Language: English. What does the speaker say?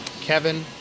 Kevin